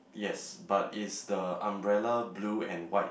yes but is the umbrella blue and white